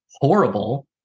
horrible